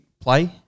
play